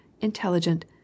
intelligent